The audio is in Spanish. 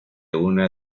una